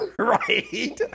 Right